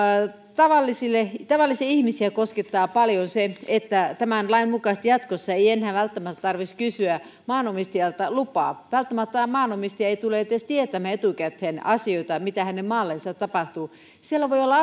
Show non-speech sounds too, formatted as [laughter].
tavallisia ihmisiä koskettaa paljon se että tämän lain mukaisesti jatkossa ei enää välttämättä tarvitsisi kysyä maanomistajalta lupaa välttämättä maanomistaja ei tule edes tietämään etukäteen asioita mitä hänen maallensa tapahtuu siellä voi olla [unintelligible]